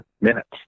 minutes